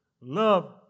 love